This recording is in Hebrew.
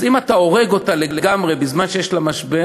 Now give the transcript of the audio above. אז אם אתה הורג אותה לגמרי בזמן משבר,